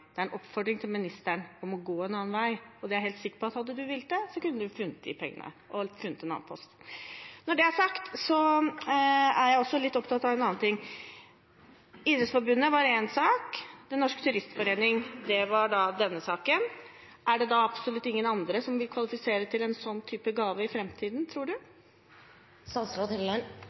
Det er en oppfordring til ministeren om å gå en annen vei. Jeg er helt sikker på at hadde hun villet det, kunne hun funnet de pengene, funnet en annen post. Når det er sagt, er jeg også litt opptatt av en annen ting. Idrettsforbundet var én sak, denne saken gjelder Den Norske Turistforening. Er det absolutt ingen andre som vil kvalifisere til en sånn type gave i framtiden, tror